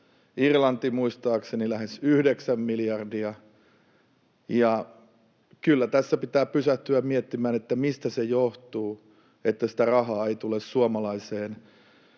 Irlanti muistaakseni lähes 9 miljardilla. Kyllä tässä pitää pysähtyä miettimään, mistä se johtuu, että sitä rahaa ei tule suomalaiseen